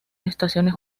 estaciones